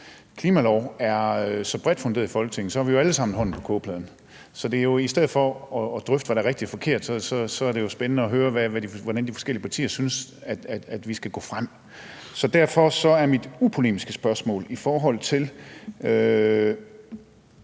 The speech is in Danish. klimalov er så bredt funderet i Folketinget, har vi alle sammen hånden på kogepladen. Så i stedet for at drøfte, hvad der er rigtigt og forkert, er det jo spændende at høre, hvordan de forskellige partier synes vi skal gå frem. Så derfor vedrører mit upolemiske spørgsmål nordsøolien.